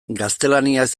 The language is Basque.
gaztelaniaz